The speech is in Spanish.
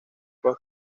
los